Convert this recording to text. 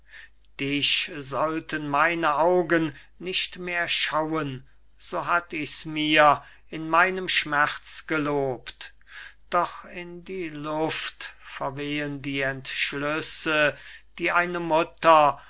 dich sollten meine augen nicht mehr schauen so hatt ich mir's in meinem schmerz gelobt doch in die luft verwehen die entschlüsse die eine mutter